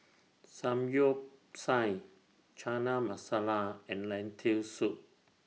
Samgyeopsal Chana Masala and Lentil Soup